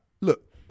look